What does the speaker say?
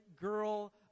girl